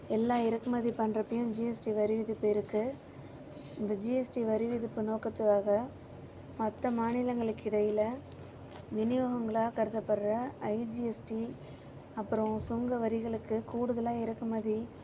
எல்லா இறக்குமதி பண்ணுறப்பியும் ஜிஎஸ்டி வரி விதிப்பு இருக்குது இந்த ஜிஎஸ்டி வரி விதிப்பு நோக்கத்துக்காக மற்ற மாநிலங்களுக்கு இடையில் விநியோகங்களாக கருதப்படுகிற ஐஜிஎஸ்டி அப்புறம் சுங்க வரிகளுக்கு கூடுதலாக இறக்குமதி